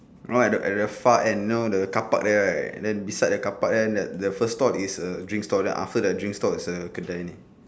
no lah at the far end you know the car park there right then beside the car park then the first stall is the drink stall then after the drink stall is the Killiney